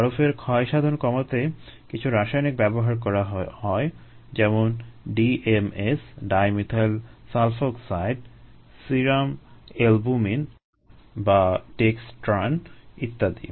বরফের ক্ষয়সাধন কমাতে কিছু রাসায়নিক ব্যবহার করা হয় যেমন DMSO Serum Albumin বা Dextran ইত্যাদি